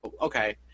okay